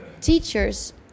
teachers